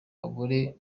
abagore